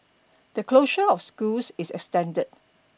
the closure of schools is extended